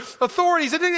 authorities